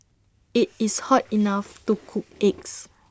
IT is hot enough to cook eggs